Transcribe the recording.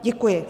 Děkuji.